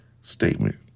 statement